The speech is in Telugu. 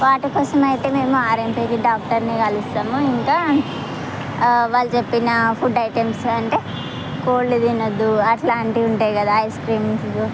వాటి కోసం అయితే మేము ఆర్ఎంపి డాక్టర్ని కలుస్తము ఇంకా వాళ్ళు చెప్పిన ఫుడ్ ఐటమ్స్ అంటే కోళ్ళు తినద్దు అట్లాంటివి ఉంటాయి కదా ఐస్క్రీమ్లు